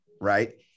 Right